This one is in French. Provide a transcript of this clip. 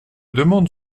demande